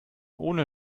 ohne